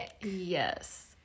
Yes